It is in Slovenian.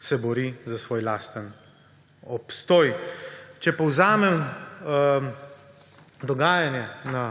se bori za svoj lasten obstoj. Če povzamem dogajanje na